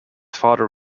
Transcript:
father